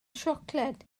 siocled